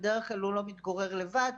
שבדרך כלל הוא לא מתגורר לבד,